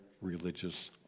religious